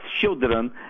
children